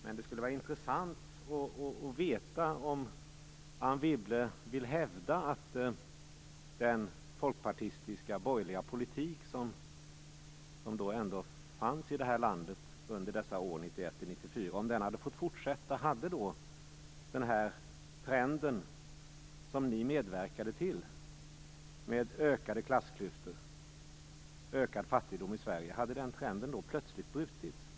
Men det skulle vara intressant att veta om Anne Wibble vill hävda att om den folkpartistiska borgerliga politik som fördes i det här landet under 1991-1994 hade fått fortsätta hade den trend som ni medverkade till, med ökade klassklyftor och ökad fattigdom i Sverige, plötsligt brutits.